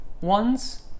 Ones